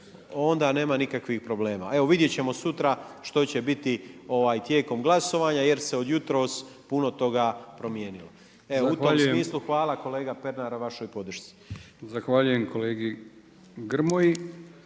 onda nema nikakvih problema, evo vidjet ćemo sutra što će biti tijekom glasovanja jer se od jutros puno toga promijenilo. Evo u tom smislu hvala kolega Pernar na vašoj podršci. **Brkić, Milijan